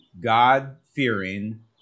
God-fearing